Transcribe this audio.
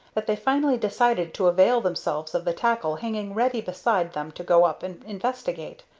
that they finally decided to avail themselves of the tackle hanging ready beside them to go up and investigate.